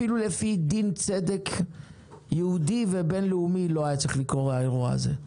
אפילו לפי דין צדק יהודי ובינלאומי לא היה צריך לקרות האירוע הזה,